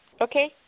Okay